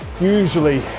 usually